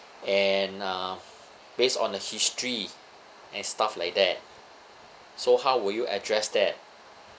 and uh based on the history and stuff like that so how will you address that